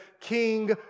King